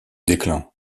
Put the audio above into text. déclin